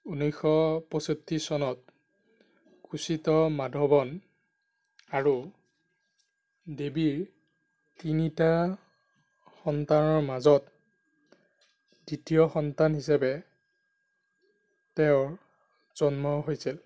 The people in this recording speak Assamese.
ঊনৈছশ পয়ষষ্ঠি চনত কোচিত মাধৱন আৰু দেৱীৰ তিনিটা সন্তানৰ মাজত দ্বিতীয় সন্তান হিচাপে তেওঁৰ জন্ম হৈছিল